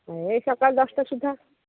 ଏଇ ସକାଳ ଦଶଟା ସୁଦ୍ଧା